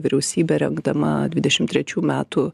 vyriausybė rengdama dvidešim trečių metų